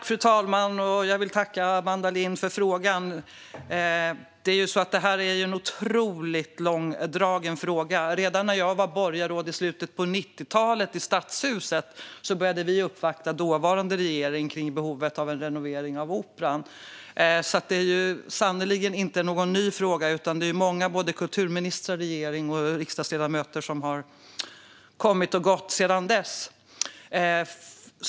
Fru talman! Jag vill tacka Amanda Lind för frågorna. Frågan om Operan är otroligt långdragen. Redan när jag var borgarråd i slutet av 90-talet i Stadshuset började vi uppvakta dåvarande regering om behovet av en renovering av Operan. Det är sannerligen inte någon ny fråga utan många kulturministrar, regeringar och riksdagsledamöter har kommit och gått sedan dess.